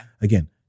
again